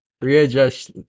readjust